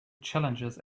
challenges